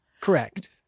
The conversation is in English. Correct